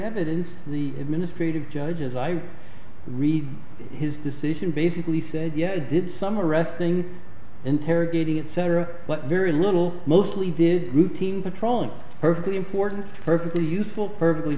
evidence the administrative judge as i read his decision basically said yeah i did some arresting interrogating etc but very little mostly did routine patrol and perfectly important perfectly useful perfectly